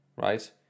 right